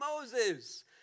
Moses